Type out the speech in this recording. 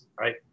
right